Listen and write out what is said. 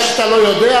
אתה רואה,